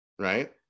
right